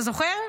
אתה זוכר?